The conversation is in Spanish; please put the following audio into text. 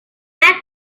las